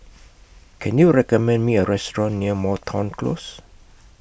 Can YOU recommend Me A Restaurant near Moreton Close